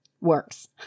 works